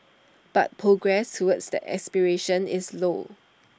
but progress towards that aspiration is slow